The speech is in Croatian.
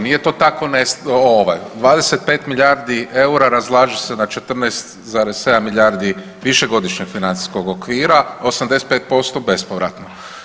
Nije to tako ne, 25 milijardi eura razlažu se na 14,7 milijardi višegodišnjeg financijskog okvira, 85% bespovratno.